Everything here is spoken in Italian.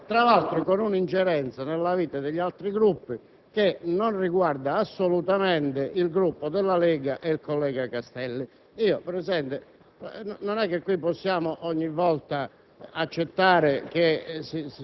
nella realtà dei fatti, tra l'altro, con un'ingerenza nella vita degli altri Gruppi che non riguarda assolutamente il Gruppo della Lega e il collega Castelli. Presidente, qui non possiamo ogni volta